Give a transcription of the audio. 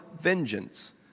vengeance